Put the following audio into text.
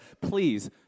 please